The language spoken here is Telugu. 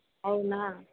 అవునా